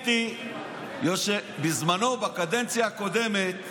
בזמנו, בקדנציה הקודמת,